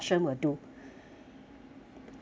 mm